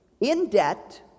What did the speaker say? in-debt